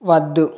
వద్దు